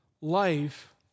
life